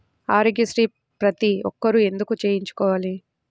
ఆరోగ్యశ్రీ ప్రతి ఒక్కరూ ఎందుకు చేయించుకోవాలి?